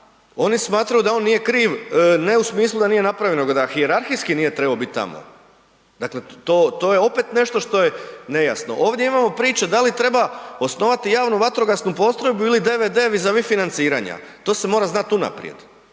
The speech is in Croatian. oni smatraju da on nije kriv ne u smislu da nije napravio da nego hijerarhijski nije trebao bit tamo. Dakle to je opet nešto što je nejasno. Ovdje imamo priče da li treba osnovati javnu vatrogasnu postrojbu ili DVD vis sa vis financiranja. To se mora znat unaprijed.